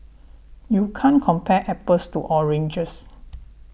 you can't compare apples to oranges